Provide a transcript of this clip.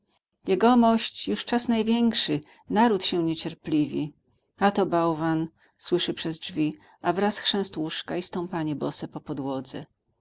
już czas największy naród sie niecierpliwi a to bałwan słyszy przez drzwi a wraz chrzęst łóżka i stąpania bose po podłodze